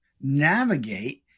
navigate